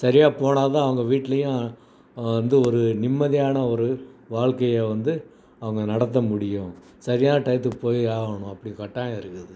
சரியாக போனால் தான் அவங்க வீட்லேயும் வந்து ஒரு நிம்மதியான ஒரு வாழ்க்கையை வந்து அவங்க நடத்த முடியும் சரியான டயத்துக்கு போய் ஆகணும் அப்படி கட்டாயம் இருக்குது